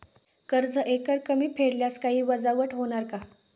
कर्ज एकरकमी फेडल्यास काही वजावट होणार का?